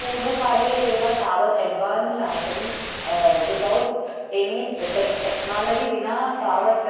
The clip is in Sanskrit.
पूर्वकाले एव तावत् एड्वान्स्ड् आसं वितौट् एनी टेक् टेक्नालजि विना तावत्